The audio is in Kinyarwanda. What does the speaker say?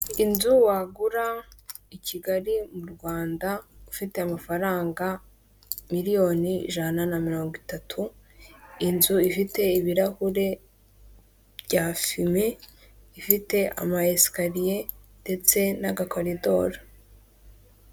Inzu wagura i Kigali mu Rwanda ufite amafaranga miliyoni ijana na mirongo itatu, inzu ifite ibirahure bya fime, ifite ama esikariye ndetse n'agakoridoro.